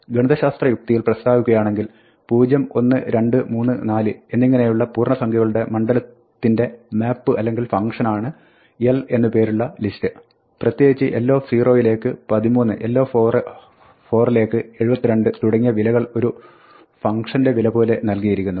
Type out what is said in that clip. ഗണിതശാസ്ത്ര യുക്തിയിൽ പ്രസ്താവിക്കുകയാണെങ്കിൽ 0 1 2 3 4 എന്നിങ്ങനെയുള്ള പൂർണ്ണസംഖ്യകളുടെ മണ്ഡലത്തിന്റെ മാപ്പ് അല്ലെങ്കിൽ ഫംഗ്ഷനാണ് l എന്ന പേരുള്ള list പ്രത്യേകിച്ച് l0 യിലേക്ക് 13 l4 ലേക്ക് 72 തുടങ്ങിയ വിലകൾ ഒരു ഫംഗ്ഷന്റെ വില പോലെ നൽകിയിരിക്കുന്നു